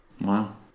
Wow